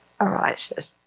arises